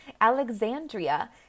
Alexandria